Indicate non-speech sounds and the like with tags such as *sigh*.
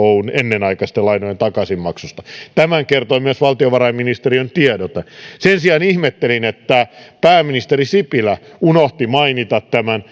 *unintelligible* oyn ennenaikaisesta lainojen takaisinmaksusta tämän kertoi myös valtiovarainministeriön tiedote sen sijaan ihmettelin että pääministeri sipilä unohti mainita tämän *unintelligible*